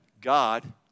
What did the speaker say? God